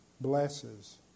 blesses